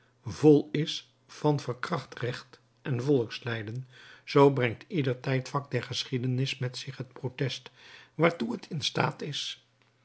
vol is van verkracht recht en volkslijden zoo brengt ieder tijdvak der geschiedenis met zich het protest waartoe het in staat is